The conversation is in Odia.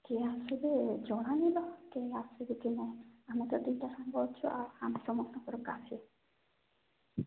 କିଏ ଆସିବେ ଜଣାନି ଲୋ କିଏ ଆସୁଛେ କିଏ ନାଇଁ ଆମେ ତ ଦୁଇଟା ସାଙ୍ଗ ଅଛୁ ଆଉ ଆମେ ସମସ୍ତଙ୍କରୁ କାଫି